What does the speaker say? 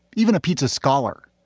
even a pizza scholar.